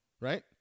right